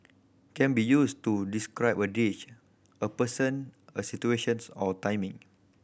can be used to describe a dish a person a situations or a timing